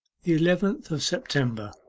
the eleventh of september